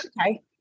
okay